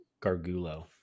Gargulo